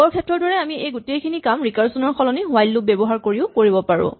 আগৰ ক্ষেত্ৰৰ দৰে আমি এই গোটেইখিনি কাম ৰিকাৰছন ৰ সলনি হুৱাইল লুপ ব্যৱহাৰ কৰিও কৰিব পাৰো